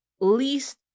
least